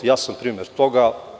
Ja sam primer toga.